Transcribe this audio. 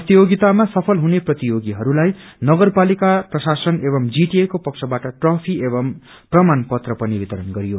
प्रतियोगितामा सफल हुने प्रतियोगिहरूलाई नगरपालिका प्रशासन एव जीटीए को पक्षबाट ट्रफी एव प्रमाण पत्र पनि वितरण गरियो